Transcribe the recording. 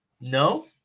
no